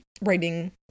writing